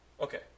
Okay